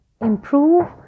improve